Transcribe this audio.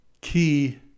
key